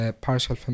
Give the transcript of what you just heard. partial